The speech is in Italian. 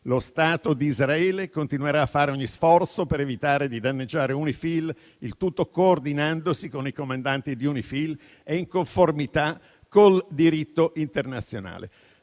Lo Stato di Israele continuerà a fare ogni sforzo per evitare di danneggiare UNIFIL, il tutto coordinandosi con i comandanti di UNIFIL e in conformità con il diritto internazionale».